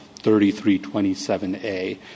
3327A